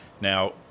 Now